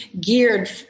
geared